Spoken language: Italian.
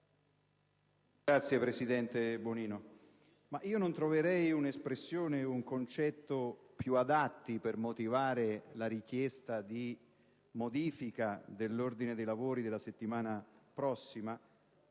Signora Presidente, io non troverei un'espressione, un concetto più adatti per motivare la richiesta di modifica dell'ordine dei lavori della settimana prossima,